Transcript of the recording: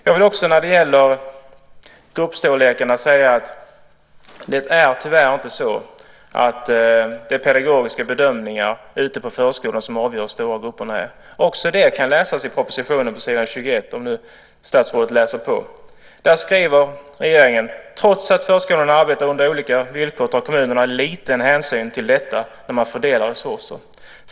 Jag vill också när det gäller gruppstorlekarna säga att det tyvärr inte är pedagogiska bedömningar ute på förskolan som avgör hur stora grupperna är. Också det kan läsas i propositionen på s. 21, om nu statsrådet läser på. Där skriver regeringen: Trots att förskolan arbetar under olika villkor tar kommunerna liten hänsyn till detta när man fördelar resurser.